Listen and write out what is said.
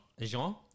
Jean